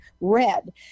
red